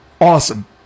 Awesome